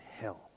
hell